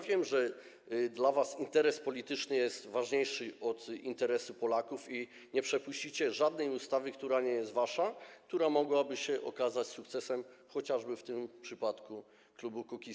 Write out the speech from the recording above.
Wiem, że dla was interes polityczny jest ważniejszy od interesu Polaków i nie przepuścicie żadnej ustawy, która nie jest wasza, która mogłaby się okazać sukcesem, w tym przypadku klubu Kukiz’15.